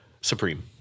Supreme